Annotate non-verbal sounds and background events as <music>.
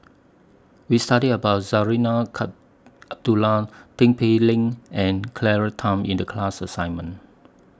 We studied about Zarinah <unintelligible> Tin Pei Ling and Claire Tham in The class assignment